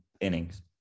innings